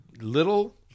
little